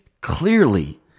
clearly